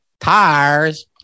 tires